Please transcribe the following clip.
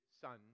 son